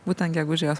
būtent gegužę jos